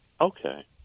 Okay